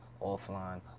offline